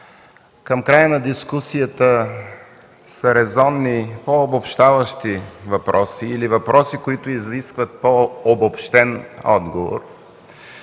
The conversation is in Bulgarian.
Към края на дискусията са резонни по-обобщаващи въпроси или въпроси, които изискват по-обобщен отговор.